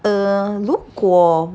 err 如果